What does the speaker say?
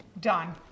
Done